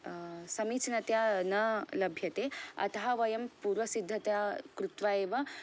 समीचनतया न लभ्यते अतः वयं पूर्वसिद्धता कृत्वा एव